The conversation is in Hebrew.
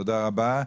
תודה רבה.